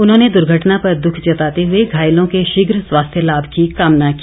उन्होंने दुर्घटना पर दुख जताते हुए घायलों के शीघ्र स्वास्थ्य लाभ की कामना की